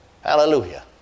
Hallelujah